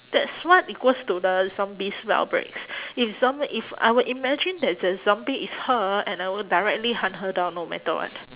that's what equals to the zombies outbreaks if zom~ if I would imagine that the zombie is her and I would directly hunt her down no matter what